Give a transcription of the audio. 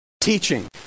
teaching